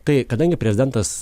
tai kadangi prezidentas